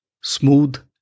smooth